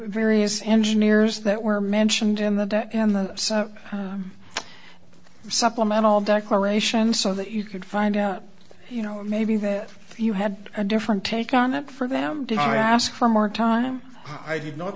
various engineers that were mentioned in the that and the supplemental declaration so that you could find out you know maybe that you had a different take on that for them did i ask for more time i did not